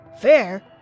Fair